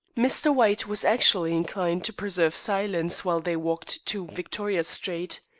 mr. white was actually inclined to preserve silence while they walked to victoria street.